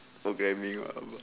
programming